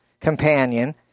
companion